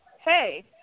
hey